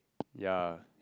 ya